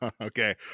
Okay